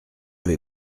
vais